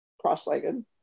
cross-legged